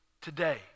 today